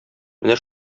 менә